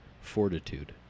fortitude